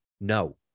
No